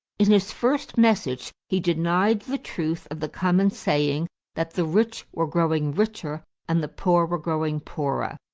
in his first message he denied the truth of the common saying that the rich were growing richer and the poor were growing poorer.